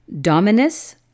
dominus